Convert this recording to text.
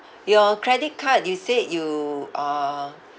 your credit card you said you are